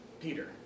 Peter